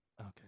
okay